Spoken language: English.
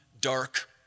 dark